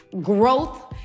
growth